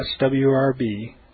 swrb